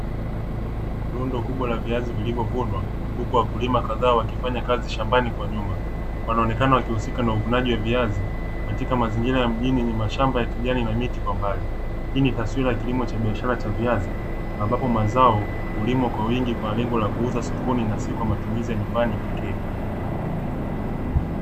Rundo kubwa la viazi vilivyovunwa huku wakulima kadhaa wakifanya kazi shambani kwa nyuma, wanaonekana wakihusika na uvunaji wa viazi katika mazingira ya mjini yenye mashamba ya kijani na miti kwa mbali. Hii ni taswira ya kilimo cha biashara cha viazi, ambapo mazao hulimwa kwa wingi kwa lengo la kuuza sokoni na si kwa matumizi ya nyumbani pekee.